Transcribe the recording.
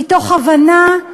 מתוך הבנה,